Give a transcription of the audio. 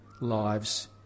lives